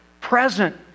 present